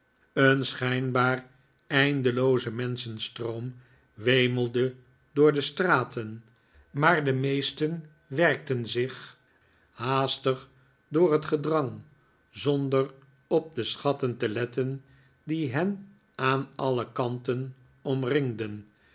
een schijnbaar eindelooze merischenstroom wemelde door de straten maar de meesten werkten zich haastig door het gedrang zonder op de schatten te letten die hen aan alle kanten omringden